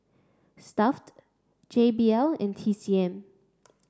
Stuff'd J B L and T C M